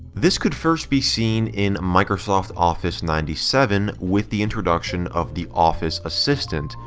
this could first be seen in microsoft office ninety seven with the introduction of the office assistant,